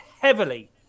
heavily